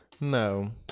No